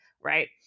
right